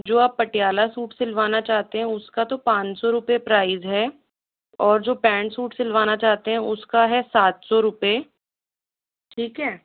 जो आप पटियाला सूट सिलवाना चाहते हैं उसका तो पाँच सौ रुपये प्राइस है और जो पैंट सूट सिलवाना चाहते हैं उसका है सात सौ रुपये ठीक है